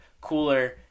cooler